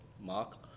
Mark